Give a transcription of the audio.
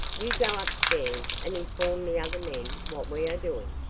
you go upstairs and inform the other men what we are doing.